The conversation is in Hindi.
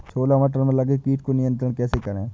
छोला मटर में लगे कीट को नियंत्रण कैसे करें?